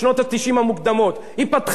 פרצה את המונופול של הערוץ הראשון.